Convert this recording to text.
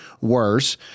worse